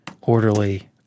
orderly